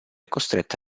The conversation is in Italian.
costretto